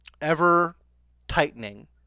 ever-tightening